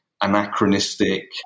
anachronistic